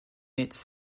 its